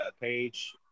page